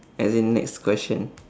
as in next question